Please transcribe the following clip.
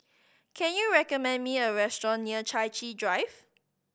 can you recommend me a restaurant near Chai Chee Drive